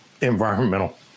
environmental